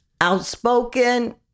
Outspoken